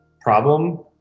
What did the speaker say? problem